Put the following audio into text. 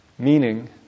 Meaning